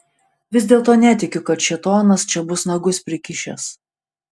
vis dėlto netikiu kad šėtonas čia bus nagus prikišęs